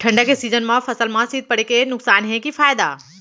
ठंडा के सीजन मा फसल मा शीत पड़े के नुकसान हे कि फायदा?